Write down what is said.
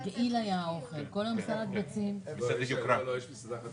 הגדלת 38,742 אלפי שקלים בהוצאה נטו